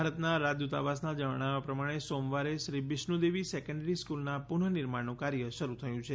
ભારતના રાજદૂતાવાસના જણાવ્યા પ્રમાણે સોમવારે શ્રી બિશ્નુદેવી સેકન્ડરી સ્ક્લના પુનઃ નિર્માણનું કાર્ય શરૂ થયું છે